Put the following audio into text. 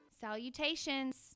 Salutations